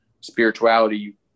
Spirituality